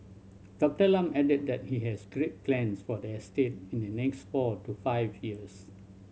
Doctor Lam added that he has great plans for the estate in the next four to five years